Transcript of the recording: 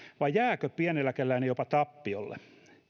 vai jääkö pieneläkeläinen jopa tappiolle